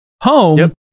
home